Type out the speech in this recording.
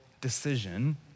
decision